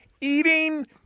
eating